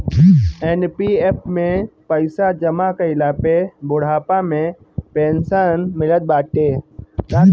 NPF में पईसा जमा कईला पे बुढ़ापा में पेंशन मिलत बाटे